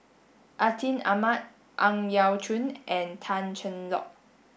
Atin Amat Ang Yau Choon and Tan Cheng Lock